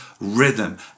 rhythm